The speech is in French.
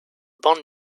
bande